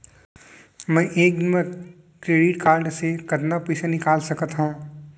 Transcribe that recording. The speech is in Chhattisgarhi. मैं एक दिन म क्रेडिट कारड से कतना पइसा निकाल सकत हो?